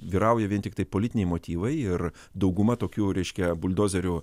vyrauja vien tiktai politiniai motyvai ir dauguma tokių reiškia buldozeriu